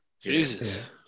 Jesus